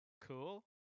cool